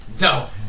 No